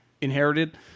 inherited